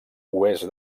oest